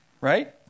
Right